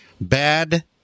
bad